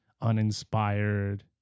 uninspired